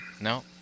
No